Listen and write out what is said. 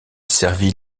servit